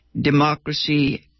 Democracy